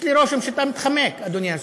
יש לי רושם שאתה מתחמק, אדוני השר.